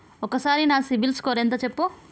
ఒక్కసారి నా సిబిల్ స్కోర్ ఎంత చెప్పు?